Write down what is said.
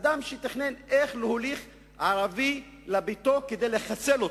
אדם שתכנן איך להוליך ערבי לביתו כדי לחסל אותו,